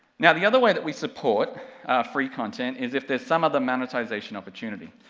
now the other way that we support our free content, is if there's some other monetization opportunity.